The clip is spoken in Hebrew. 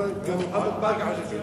לכל אחד יש החזון שלו.